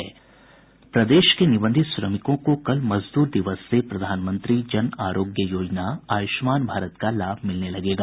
प्रदेश के निबंधित श्रमिकों को कल मजदूर दिवस से प्रधानमंत्री जन आरोग्य योजना आयुष्मान भारत का लाभ मिलने लगेगा